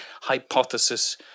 hypothesis